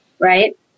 Right